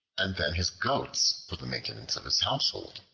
and then his goats, for the maintenance of his household.